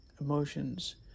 emotions